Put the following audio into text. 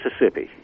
Mississippi